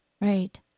right